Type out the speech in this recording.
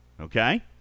Okay